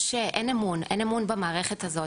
אין אמון במערכת הזאת,